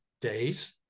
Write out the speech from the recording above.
days